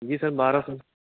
جی sir بارہ سو